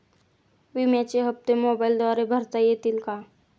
विम्याचे हप्ते मोबाइलद्वारे भरता येतील का?